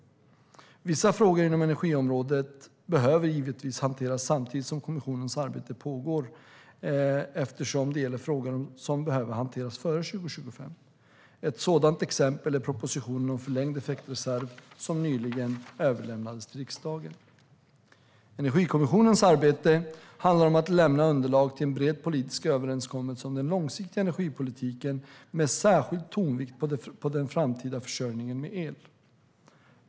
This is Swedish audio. Vissa frågor inom energiområdet behöver givetvis hanteras samtidigt som kommissionens arbete pågår eftersom det gäller frågor som behöver hanteras före 2025. Ett sådant exempel är propositionen om förlängd effektreserv som nyligen överlämnades till riksdagen. Energikommissionens arbete handlar om att lämna underlag till en bred politisk överenskommelse om den långsiktiga energipolitiken med särskild tonvikt på den framtida försörjningen med el.